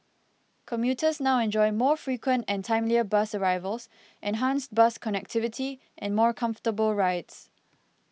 commuters now enjoy more frequent and timelier bus arrivals enhanced bus connectivity and more comfortable rides